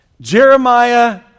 Jeremiah